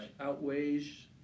outweighs